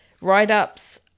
write-ups